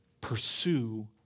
pursue